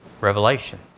Revelation